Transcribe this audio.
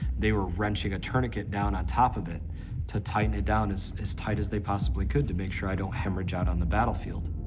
they were wrenching a tourniquet down on top of it to tighten it down as as tight as they possibly could to make sure i don't hemorrhage out on the battlefield.